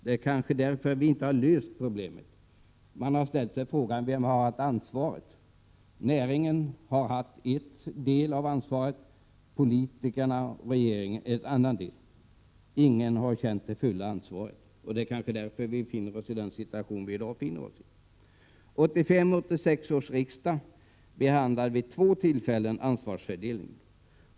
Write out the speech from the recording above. Det kanske är därför vi inte har löst problemet. Man har ställt sig frågan vem som har haft ansvaret. Näringen har haft en del av ansvaret, politikerna och regeringen en annan del. Ingen har känt det fulla ansvaret. Det kanske är därför vi befinner oss i denna situation i dag. Under 1985/86 års riksmöte behandlades vid två tillfällen ansvarsfördelningen.